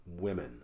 women